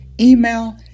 email